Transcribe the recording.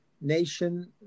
nation